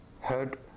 heard